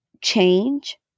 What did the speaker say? change